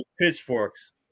pitchforks